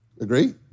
Agree